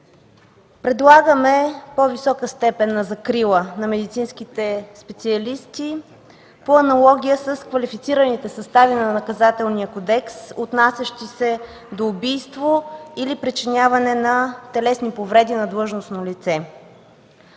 предлагаме по-висока степен на закрила на медицинските специалисти по аналогия с квалифицираните състави на Наказателния кодекс, отнасящи се до убийство или причиняване на телесни повреди на длъжностно лице.